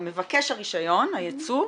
מבקש הרישיון, הייצוא,